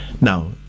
Now